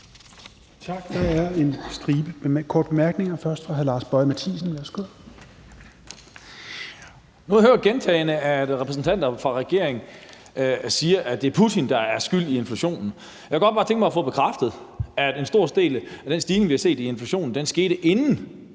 Nu har jeg gentagne gange hørt repræsentanter for regeringen sige, at det er Putin, der er skyld i inflationen. Jeg kunne bare godt tænke mig at få bekræftet, at en stor del af den stigning, vi har set i inflationen, skete, inden